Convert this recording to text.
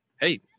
hey